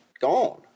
gone